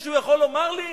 מישהו יכול לומר לי?